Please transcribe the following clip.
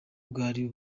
bwari